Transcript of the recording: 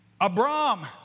Abram